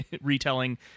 retelling